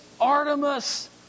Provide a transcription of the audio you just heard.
Artemis